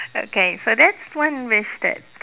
okay so that's one wish that